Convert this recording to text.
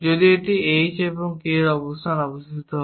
যদি এটি h এবং k অবস্থানে অবস্থিত হয়